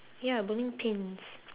ya bowling pins